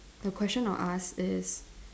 the question I'll ask is